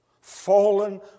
fallen